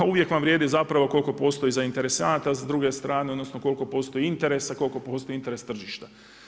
A uvijek vam vrijedi zapravo koliko postoji zainteresanata, odnosno koliko postoji interesa, koliko postoji interes tržišta.